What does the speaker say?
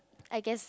I guess